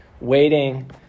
waiting